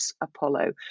Apollo